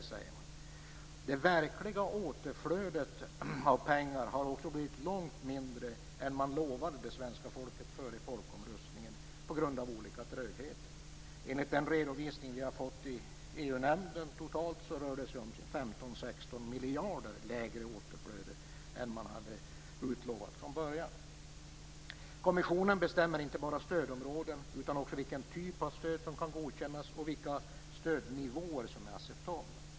Dessutom har, på grund av olika trögheter, det verkliga återflödet av pengar blivit långt mindre än vad man lovade det svenska folket före folkomröstningen. Enligt den redovisning som vi har fått i EU nämnden rör det sig om totalt 15-16 miljarder lägre återflöde än vad man hade utlovat från början. Kommissionen bestämmer inte bara stödområden utan också vilken typ av stöd som kan godkännas och vilka stödnivåer som är acceptabla.